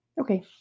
Okay